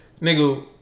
Nigga